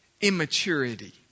immaturity